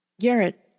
Garrett